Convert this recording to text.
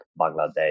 Bangladesh